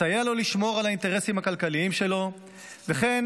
מסייע לו לשמור על האינטרסים הכלכליים שלו וכן